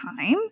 time